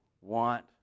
want